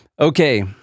Okay